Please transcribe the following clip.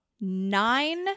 Nine